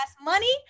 money